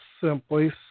simply